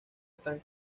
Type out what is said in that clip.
están